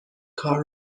کار